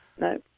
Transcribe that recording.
No